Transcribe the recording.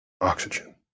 oxygen